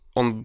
on